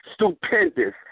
stupendous